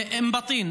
אום בטין.